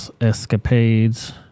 escapades